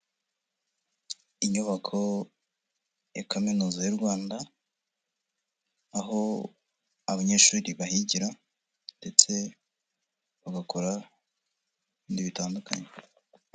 Inyubako ya kaminuza y'u Rwanda, aho abanyeshuri bahigira ndetse bagakora ibindi bitandukanye.